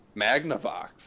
Magnavox